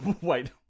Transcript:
Wait